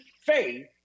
faith